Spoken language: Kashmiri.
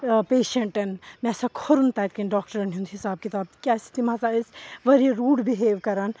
پیشَنٹَن مےٚ ہَسا کھوٚرُن تَتہِ کٮ۪ن ڈاکٹَرَن ہُنٛد حِساب کِتاب کیٛازِکہِ تِم ہَسا ٲسۍ واریاہ روٗڈ بِہیو کَران